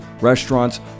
restaurants